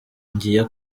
ngiye